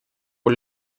con